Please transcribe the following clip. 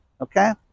Okay